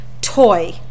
toy